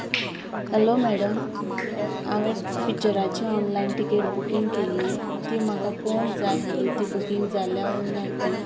hello madam हांवें पिक्चराची online ticket booking केल्ली ती म्हाका पळोवंक जाय आहली ती बुकींग जाल्या ओ ना ती